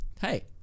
Hey